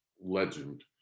legend